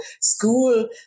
school